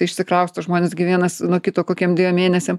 išsikrausto žmonės gi vienas nuo kito kokiem dviem mėnesiam